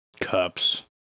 Cups